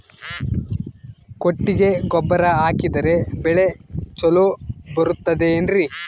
ಕೊಟ್ಟಿಗೆ ಗೊಬ್ಬರ ಹಾಕಿದರೆ ಬೆಳೆ ಚೊಲೊ ಬರುತ್ತದೆ ಏನ್ರಿ?